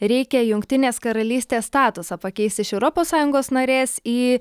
reikia jungtinės karalystės statusą pakeist iš europos sąjungos narės į